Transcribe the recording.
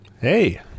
Hey